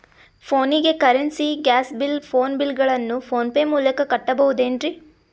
ಫೋನಿಗೆ currency, gas bill, phone bill ಗಳನ್ನು PhonePe ಮೂಲಕ ಕಟ್ಟಬಹುದೇನ್ರಿ?